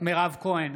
מירב כהן,